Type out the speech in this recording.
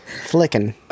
flicking